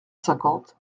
cinquante